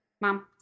Mom